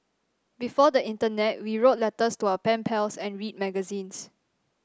before the internet we wrote letters to our pen pals and read magazines